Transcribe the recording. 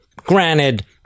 granted